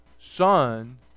son